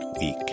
week